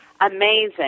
amazing